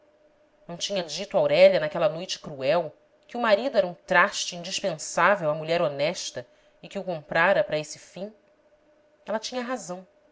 não tinha dito aurélia naquela noite cruel que o marido era um traste indispensável à mulher honesta e que o comprara para esse fim ela tinha razão